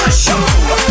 show